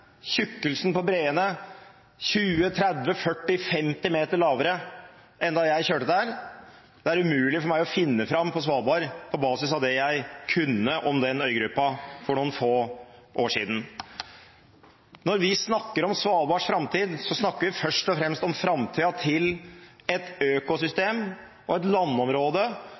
på breene 20–30–40–50 meter mindre enn da jeg kjørte der. Det er umulig for meg å finne fram på Svalbard på basis av det jeg kunne om den øygruppen for noen få år siden. Når vi snakker om Svalbards framtid, snakker vi først og fremst om framtiden til et økosystem og et landområde